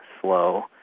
slow